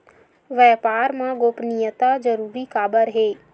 व्यापार मा गोपनीयता जरूरी काबर हे?